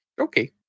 Okay